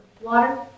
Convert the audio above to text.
Water